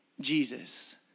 Jesus